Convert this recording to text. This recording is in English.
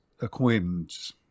acquaintance